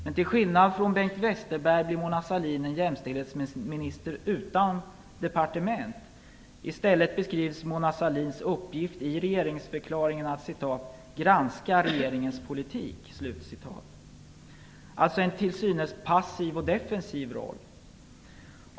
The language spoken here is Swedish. Men till skillnad från Bengt Westerberg blir Mona Sahlin en jämställdhetsminister utan departement. I stället beskrivs Mona Sahlins uppgift att "granska regeringens politik", allstå en till synes passiv och defensiv roll.